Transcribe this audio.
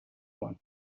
one